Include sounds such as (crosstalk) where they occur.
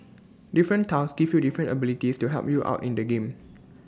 different tiles give you different abilities to help you out in the game (noise)